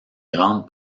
grande